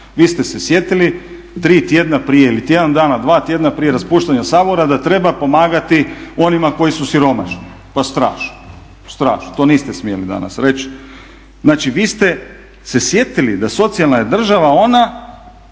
Vi ste se sjetili tri tjedna prije ili tjedan dan, dva tjedna prije raspuštanja Sabora da treba pomagati onima koji su siromašni. Pa strašno, strašno! To niste smjeli danas reći. Znači vi ste se sjetili da socijalna je država ona